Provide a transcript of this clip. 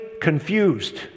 confused